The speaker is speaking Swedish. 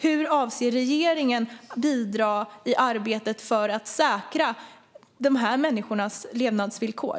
Hur avser regeringen att bidra i arbetet för att säkra de människornas levnadsvillkor?